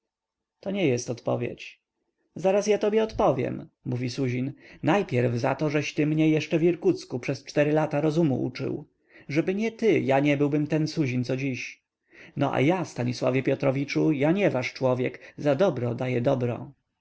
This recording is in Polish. to nie jest odpowiedź zaraz ja tobie odpowiem mówi suzin najpierw zato żeś ty mnie jeszcze w irkucku przez cztery lata rozumu uczył żeby nie ty ja nie byłbym ten suzin co dziś no a ja stanisławie piotrowiczu ja nie wasz człowiek za dobro daję dobro